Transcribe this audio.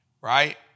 Right